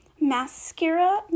mascara